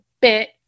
bit